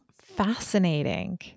Fascinating